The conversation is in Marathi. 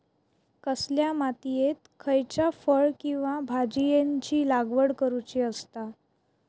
कसल्या मातीयेत खयच्या फळ किंवा भाजीयेंची लागवड करुची असता?